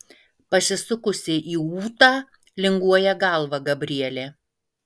pasisukusi į ūtą linguoja galvą gabrielė